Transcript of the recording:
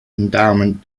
endowment